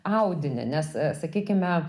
audinį nes sakykime